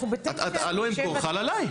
הלא ימכור חל עלי.